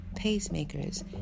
pacemakers